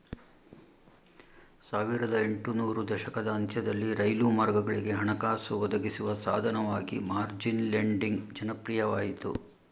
ಸಾವಿರದ ಎಂಟು ನೂರು ದಶಕದ ಅಂತ್ಯದಲ್ಲಿ ರೈಲು ಮಾರ್ಗಗಳಿಗೆ ಹಣಕಾಸು ಒದಗಿಸುವ ಸಾಧನವಾಗಿ ಮಾರ್ಜಿನ್ ಲೆಂಡಿಂಗ್ ಜನಪ್ರಿಯವಾಯಿತು